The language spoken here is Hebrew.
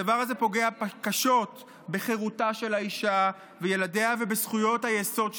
הדבר הזה פוגע קשות בחירותה של האישה וילדיה ובזכויות היסוד שלהם.